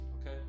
okay